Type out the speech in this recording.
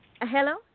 hello